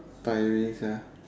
tiring sia